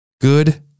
Good